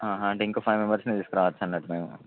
అంటే ఇంకో five members తీసుకురావచ్చు అన్నట్టు మేము